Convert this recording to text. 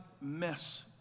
mess